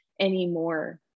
anymore